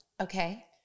okay